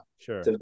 Sure